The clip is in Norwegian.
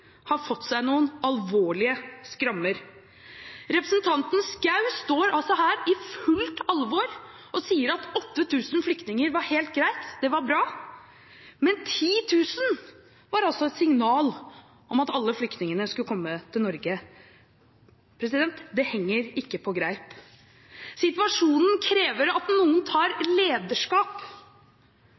har fått seg noen alvorlige skrammer. Representanten Schou står her i fullt alvor og sier at 8 000 flyktninger var helt greit, det var bra, men 10 000 var et signal om at alle flyktningene skulle komme til Norge. Det henger ikke på greip. Situasjonen krever at noen tar lederskap.